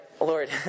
Lord